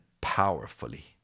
powerfully